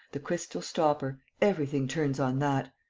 the crystal stopper everything turns on that.